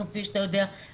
כפי שאתה יודע,